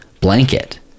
blanket